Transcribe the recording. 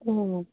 ओ